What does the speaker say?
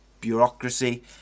bureaucracy